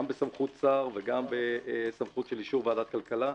בסמכות שר וגם בסמכות אישור ועדת הכלכלה.